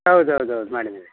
ಹೌದೌದೌದು ಮಾಡಿದ್ದೀವಿ